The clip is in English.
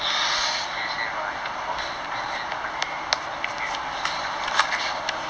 ya la play safe lah you know don't have to get into any stupid unnecessary trouble lah